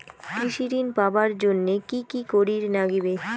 কৃষি ঋণ পাবার জন্যে কি কি করির নাগিবে?